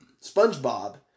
spongebob